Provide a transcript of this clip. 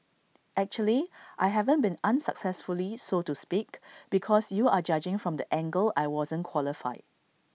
actually I haven't been unsuccessfully so to speak because you are judging from the angle I wasn't qualified